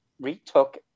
retook